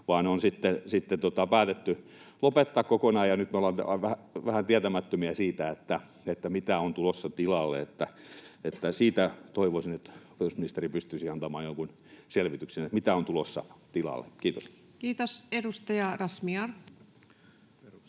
vaan on päätetty lopettaa kokonaan? Nyt me ollaan vähän tietämättömiä, mitä on tulossa tilalle. Toivoisin, että opetusministeri pystyisi antamaan jonkun selvityksen, mitä on tulossa tilalle. — Kiitos. [Speech 57]